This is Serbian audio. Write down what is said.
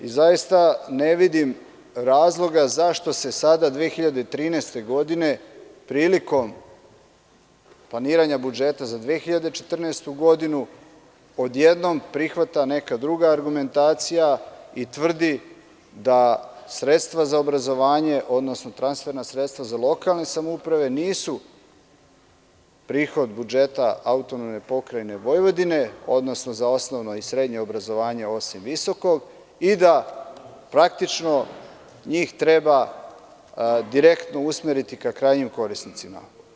Zaista, ne vidim razloga zašto se sada 2013. godine prilikom planiranja budžeta za 2014. godinu odjednom prihvata neka druga argumentacija i tvrdi da sredstva za obrazovanje, odnosno transferna sredstva za lokalne samouprave nisu prihod budžeta AP Vojvodine, odnosno za osnovno i srednje obrazovanje osim visokog, i da praktično njih treba direktno usmeriti ka krajnjim korisnicima.